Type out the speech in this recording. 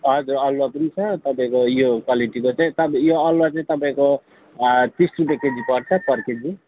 हजर अलुवा पनि छ तपाईँको यो क्वालिटीको चाहिँ तप् यो अलुवा चाहिँ तपाईँको तिस रुपियाँ केजी पर्छ पर केजी